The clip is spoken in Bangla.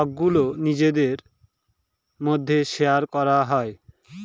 স্টকগুলো নিজেদের মধ্যে শেয়ার করা হয়